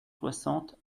soixante